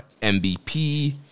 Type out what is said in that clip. MVP